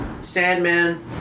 Sandman